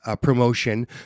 promotion